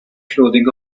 clothing